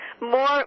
more